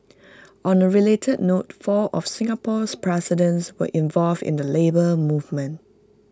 on A related note four of Singapore's presidents were involved in the Labour Movement